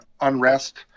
unrest